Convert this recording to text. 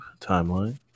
timeline